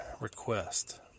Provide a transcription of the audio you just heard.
request